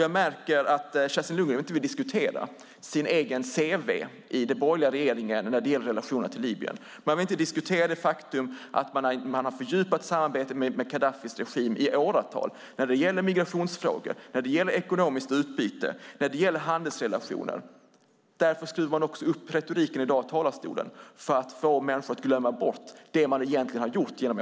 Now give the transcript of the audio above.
Jag märker att Kerstin Lundgren inte vill diskutera sin egen cv i den borgerliga regeringen när det gäller relationerna till Libyen. Man vill inte diskutera det faktum att man i åratal har fördjupat samarbetet med Gaddafis regim när det gäller migrationsfrågor, ekonomiskt utbyte och handelsrelationer. Man skruvar upp retoriken här i dag i talarstolen för att få människor att glömma det man egentligen i åratal gjort.